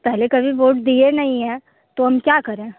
पहले कभी वोट दिए नहीं है तो हम क्या करें